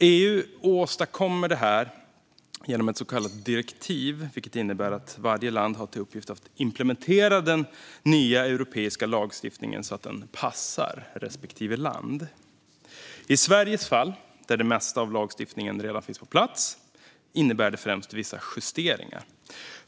EU åstadkommer det här genom ett så kallat direktiv, vilket innebär att varje land har till uppgift att implementera den nya europeiska lagstiftningen så att den passar respektive land. I Sveriges fall, där det mesta av lagstiftningen redan finns på plats, innebär det främst vissa justeringar.